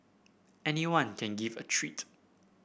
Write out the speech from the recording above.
anyone can give a treat